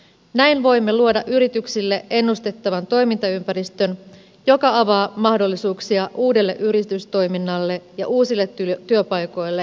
näin voimme luoda yrityksille ennustettavan toimintaympäristön joka avaa mahdollisuuksia uudelle yritystoiminnalle ja uusille työpaikoille myös tulevaisuudessa